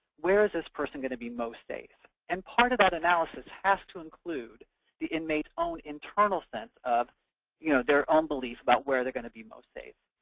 where is this person going to be most safe? and part of that analysis has to include the inmate's own internal sense of you know their own beliefs about where they're going to be most safe.